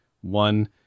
one